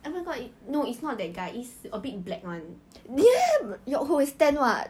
I forgot no it's not that guy is a bit black